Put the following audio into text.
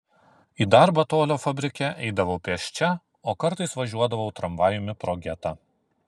į darbą tolio fabrike eidavau pėsčia o kartais važiuodavau tramvajumi pro getą